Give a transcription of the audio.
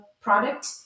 product